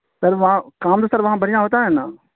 سر وہاں کام تو سر وہاں بڑھیاں ہوتا ہے نا